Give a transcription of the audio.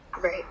Right